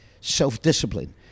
self-discipline